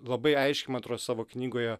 labai aiškiai man atrodo savo knygoje